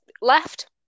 left